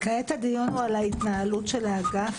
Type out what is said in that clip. אז כעת הדיון הוא על ההתנהלות של האגף?